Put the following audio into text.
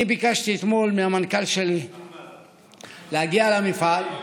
אני ביקשתי אתמול מהמנכ"ל שלי להגיע למפעל,